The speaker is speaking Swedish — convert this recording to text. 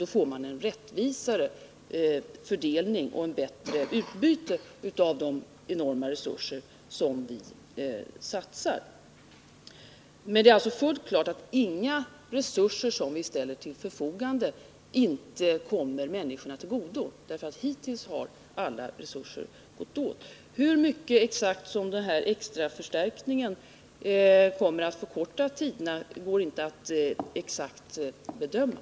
Då får man en rättvisare fördelning och ett bättre utbyte av de enorma resurser som vi satsar. Men det är alltså fullt klart att alla resurser som vi ställer till förfogande kommer människorna till godo. Hittills har alla resurser gått åt. Exakt hur mycket den extra förstärkningen kommer att förkorta väntetiderna kan inte bedömas.